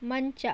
ಮಂಚ